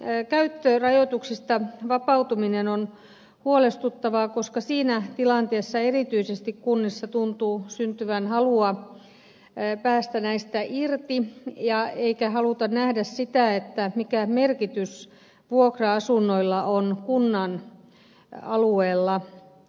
tämä käyttörajoituksista vapautuminen on huolestuttavaa koska siinä tilanteessa erityisesti kunnissa tuntuu syntyvän halua päästä näistä irti eikä haluta nähdä sitä mikä merkitys vuokra asunnoilla on kunnan alueella